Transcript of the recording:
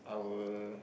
our